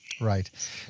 Right